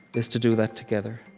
is to do that together.